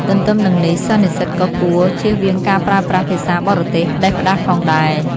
ទន្ទឹមនឹងនេះ សិស្សនិស្សិតក៏គួរ ចៀសវាងការប្រើប្រាស់ភាសាបរទេសផ្តេសផ្តាសផងដែរ។